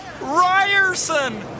Ryerson